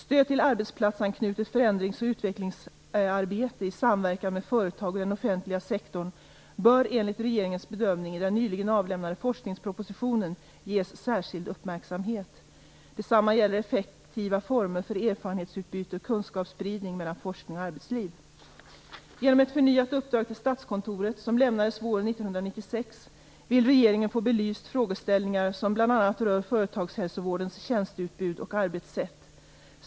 Stöd till arbetsplatsanknutet förändrings och utvecklingsarbete i samverkan med företag och den offentliga sektorn bör enligt regeringens bedömning i den nyligen avlämnade forskningspropositionen ges särskild uppmärksamhet. Detsamma gäller effektiva former för erfarenhetsutbyte och kunskapsspridning mellan forskning och arbetsliv. Genom ett förnyat uppdrag till Statskontoret, som lämnades våren 1996, vill regeringen få belyst frågeställningar som bl.a. rör företagshälsovårdens tjänsteutbud och arbetssätt.